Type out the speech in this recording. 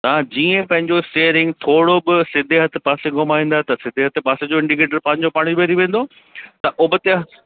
तव्हां जीअं पंहिंजो स्टेयरिंग थोरो बि सीधे हथु पासे घुमाईंदा त सीधे हथु पासे जो इंडिकेटर पंहिंजो पाण ई बरी वेंदो त उबते